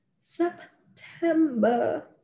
September